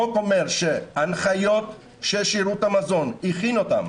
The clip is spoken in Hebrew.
החוק אומר שהנחיות ששירות המזון הכין אותן